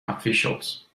officials